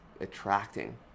attracting